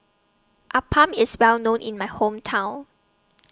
Appam IS Well known in My Hometown